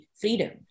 freedom